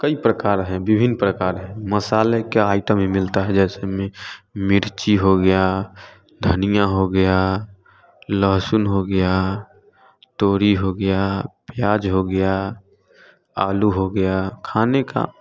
कई प्रकार हैं विभिन्न प्रकार हैं मसाले के आइटम भी मिलता है जैसे मिर्ची हो गया धनिया हो गया लहसुन हो गया तुरई हो गया प्याज हो गया आलू हो गया खाने का